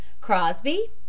Crosby